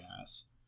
ass